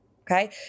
Okay